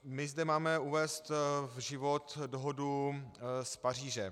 My zde máme uvést v život dohodu z Paříže.